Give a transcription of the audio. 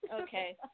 Okay